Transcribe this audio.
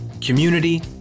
community